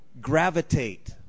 gravitate